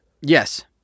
Yes